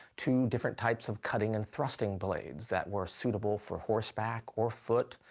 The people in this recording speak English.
to different types of cutting and thrusting blades that were suitable for horseback or foot,